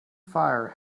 fire